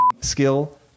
skill